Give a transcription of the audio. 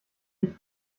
nicht